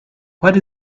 what